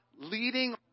leading